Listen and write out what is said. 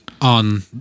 on